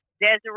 Desiree